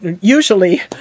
usually